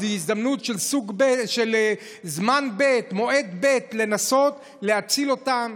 הזדמנות של זמן ב' מועד ב' לנסות להציל אותם.